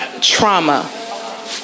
trauma